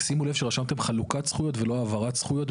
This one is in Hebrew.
רק שימו לב שרשמתם "חלוקת זכויות" ולא העברת זכויות,